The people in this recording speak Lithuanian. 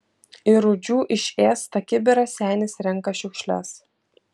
į rūdžių išėstą kibirą senis renka šiukšles